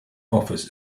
office